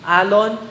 alon